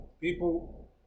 People